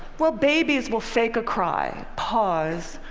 well babies will fake a cry, pause,